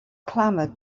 clamored